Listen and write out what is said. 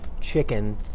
chicken